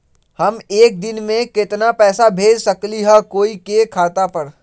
हम एक दिन में केतना पैसा भेज सकली ह कोई के खाता पर?